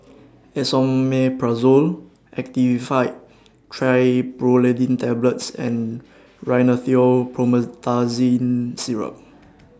Esomeprazole Actifed Triprolidine Tablets and Rhinathiol Promethazine Syrup